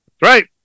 Right